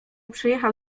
przejechał